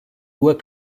worked